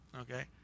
Okay